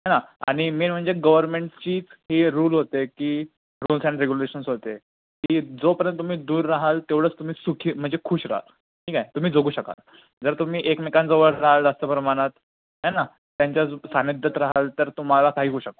है ना आणि मेन म्हणेज गव्हर्नमेंटचीच हे रूल होते की रुल्स आणि रेग्युलेशन होते की जोपर्यंत तुम्ही दूर रहाल तेवढंच तुम्ही सुखी म्हणजे खूष राहाल ठीक आहे तुम्ही जगू शकाल जर तुम्ही एकमेकांजवळ राहिलात जास्त प्रमाणात है ना त्यांच्या सान्निध्यात राहाल तर तुम्हाला काहीही होऊ शकतं